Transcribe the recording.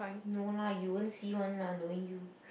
no lah you won't see one lah knowing you